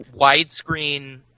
widescreen